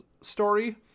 story